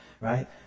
right